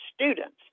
students